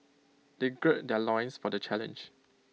they gird their loins for the challenge